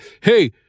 hey